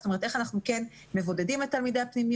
זאת אומרת איך אנחנו כן מבודדים את תלמידי הפנימיות